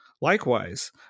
Likewise